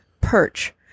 Perch